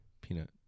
Peanut